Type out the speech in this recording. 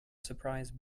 surprise